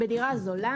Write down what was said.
בדירה זולה,